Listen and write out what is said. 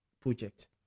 project